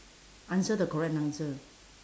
answer the correct answer